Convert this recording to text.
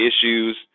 issues